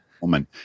woman